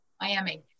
Miami